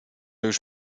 już